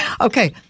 Okay